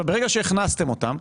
ברגע שהכנסתם אותם,